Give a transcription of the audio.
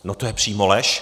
No to je přímo lež.